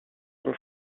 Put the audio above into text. sont